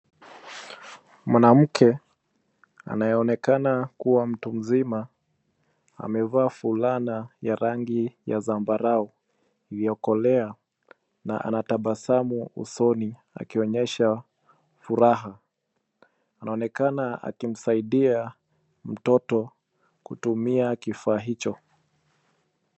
Mwanamke anayeonekana kuwa mtu mzima amevaa fulana ya rangi ya zambarau iliyokolea na anatabasamu usoni akionyesha furaha. Anaonekana akimsaidia mtoto kutumia kifaa hicho.